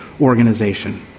organization